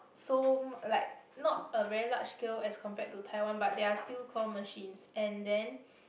so like not a very large scale as compared to Taiwan but they are still claw machines and then